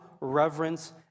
reverence